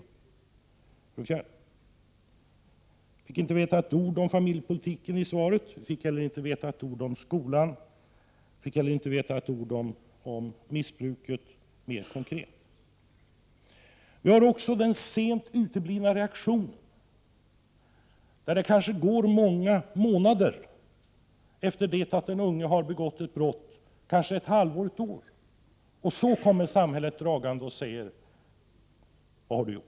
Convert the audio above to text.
I svaret fick vi inte höra ett ord om familjepolitiken och inte heller ett ord om skolan och om missbruket, mer konkret. Vi har också den sena reaktionen. Det går kanske många månader efter det att den unge har begått ett brott — kanske ett halvår eller ett år — innan samhället kommer dragande och säger: Vad har du gjort?